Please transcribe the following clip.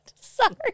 sorry